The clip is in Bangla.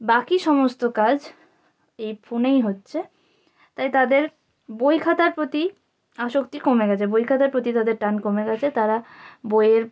বাকি সমস্ত কাজ এই ফোনেই হচ্ছে তাই তাদের বই খাতার প্রতি আসক্তি কমে গেছে বই খাতার প্রতি তাদের টান কমে গেছে তারা বইয়ের